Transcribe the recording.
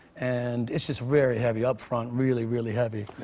and it's just very heavy up front, really, really heavy.